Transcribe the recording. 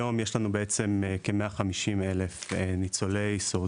היום יש כ-150 אלף ניצולי שואה,